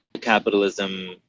capitalism